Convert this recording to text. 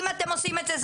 אם אתם עושים את זה,